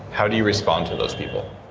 how do you respond to those people?